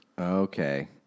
Okay